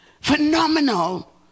phenomenal